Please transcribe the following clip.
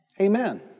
Amen